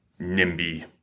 NIMBY